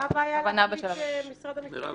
מה הבעיה להחליט משרד המשפטים?